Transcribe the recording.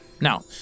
Now